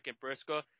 Briscoe